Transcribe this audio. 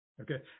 Okay